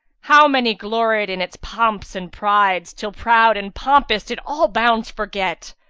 how many gloried in its pomps and pride, till proud and pompous did all bounds forget,